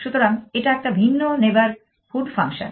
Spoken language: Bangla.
সুতরাং এটা একটা ভিন্ন নেইবারহুড ফাংশন